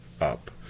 up